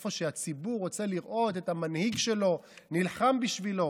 איפה שהציבור רוצה לראות את המנהיג שלו נלחם בשבילו.